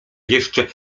jeszcze